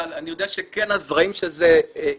אבל אני יודע שכן הזרעים של זה יצאו